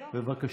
בבקשה.